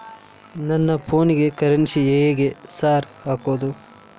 ನನ್ ಫೋನಿಗೆ ಕರೆನ್ಸಿ ಹೆಂಗ್ ಸಾರ್ ಹಾಕೋದ್?